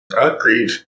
Agreed